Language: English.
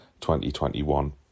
2021